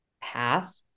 path